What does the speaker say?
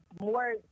more